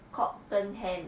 cock 跟 hen